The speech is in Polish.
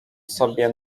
sobie